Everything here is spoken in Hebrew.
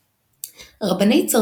אשר עברו ממקום למקום,